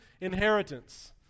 inheritance